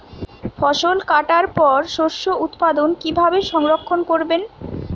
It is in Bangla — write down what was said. ফসল কাটার পর শস্য উৎপাদন কিভাবে সংরক্ষণ করবেন?